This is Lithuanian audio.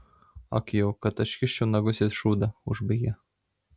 ag jau kad aš kiščiau nagus į šūdą užbaigė